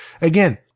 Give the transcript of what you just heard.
Again